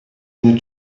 nie